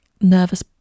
nervous